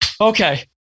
okay